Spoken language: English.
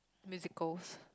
musicals